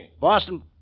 Boston